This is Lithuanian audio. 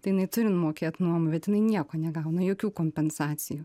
tai jinai turi mokėt nuomą bet jinai nieko negauna jokių kompensacijų